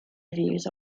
reviews